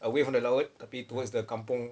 away from the laut tapi towards the kampung